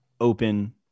open